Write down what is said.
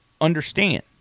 understand